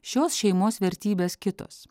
šios šeimos vertybės kitos